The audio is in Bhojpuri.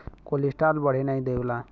कोलेस्ट्राल बढ़े नाही देवला